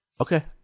Okay